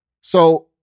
So-